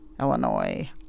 Illinois